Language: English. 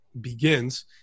begins